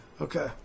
Okay